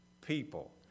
people